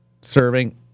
serving